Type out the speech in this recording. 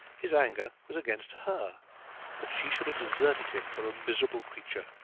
his anger was against her that she should have deserted him for a miserable creature,